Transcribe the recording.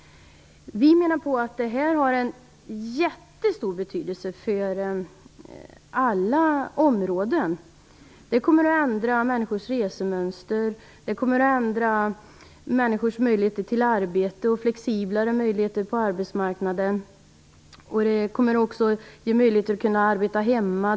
Vi menar att detta har en enormt stor betydelse för alla områden. Det kommer att ändra människors resemönster. Det kommer att ändra människors möjligheter till arbete och ge dem flexiblare möjligheter på arbetsmarknaden. Det kommer också att ge människor möjligheter att delvis arbeta hemma.